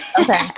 Okay